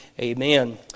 Amen